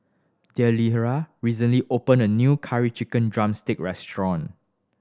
Delilah recently open a new Curry Chicken drumstick restaurant